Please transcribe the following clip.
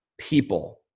People